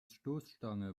stoßstange